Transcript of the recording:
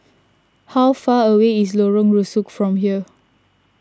how far away is Lorong Rusuk from here